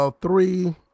three